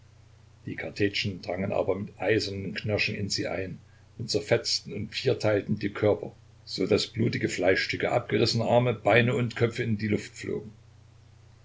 die kartätschen drangen aber mit eisernem knirschen in sie ein und zerfetzten und vierteilten die körper so daß blutige fleischstücke abgerissene arme beine und köpfe in die luft flogen